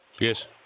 Yes